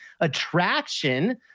attraction